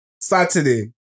Saturday